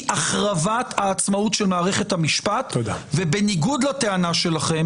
היא החרבת העצמאות של מערכת המשפט ובניגוד לטענה שלכם